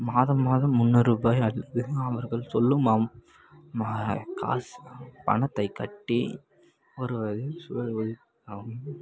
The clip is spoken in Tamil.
மாதம் மாதம் முந்நூறுரூபாய் அல்லது அவர்கள் சொல்லும் அம் மா காசு பணத்தைக் கட்டி ஒரு இன்ஷு ஆகும்